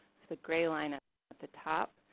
but gray line at at the top,